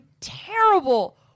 terrible